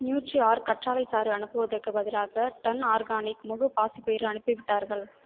நியூட்ரிஆர்க் கற்றாழை சாறு அனுப்புவதற்குப் பதிலாக டர்ன் ஆர்கானிக் முழு பாசிப்பயிறு அனுப்பிவிட்டார்கள்